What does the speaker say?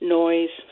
noise